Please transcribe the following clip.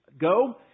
go